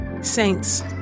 Saints